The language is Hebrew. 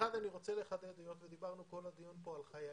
היות ודיברנו כל הדיון כאן על חיילים,